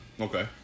Okay